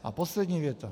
A poslední věta.